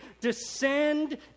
descend